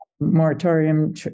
moratorium